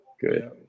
good